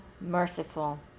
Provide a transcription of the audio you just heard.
merciful